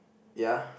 ya